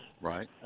Right